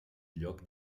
lloc